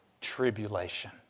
Tribulation